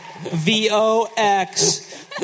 V-O-X